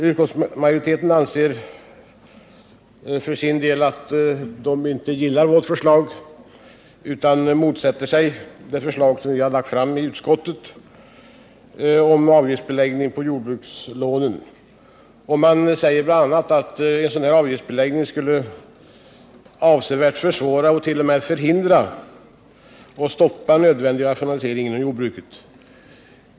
Utskottsmajoriteten gillar för sin del inte det förslag vi lagt fram i utskottet om avgiftsbeläggning på jordbrukslånen utan motsätter sig detta. Man säger bl.a. att en sådan avgiftsbeläggning avsevärt skulle försvåra och t.o.m. förhindra och stoppa nödvändig rationalisering inom jordbruket.